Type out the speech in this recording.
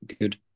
good